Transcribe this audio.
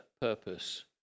purpose